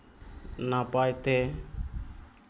ᱱᱟᱯᱟᱭᱛᱮ